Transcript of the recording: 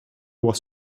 was